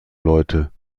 leute